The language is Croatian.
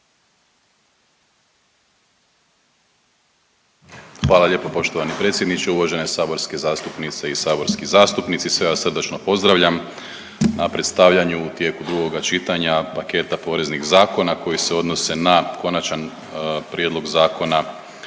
Hvala lijepa poštovani predsjedniče. Uvažene saborske zastupnice i saborski zastupnici, sve vas srdačno pozdravljam na predstavljanju u tijeku drugoga čitanja paketa poreznih zakona koji se odnose na Konačni prijedlog Zakona